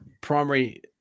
primary